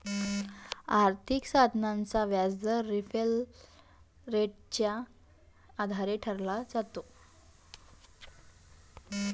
आर्थिक साधनाचा व्याजदर रेफरल रेटच्या आधारे ठरवला जातो